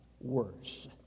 worse